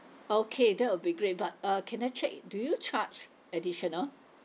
okay that would be great but uh can I check do you charge additional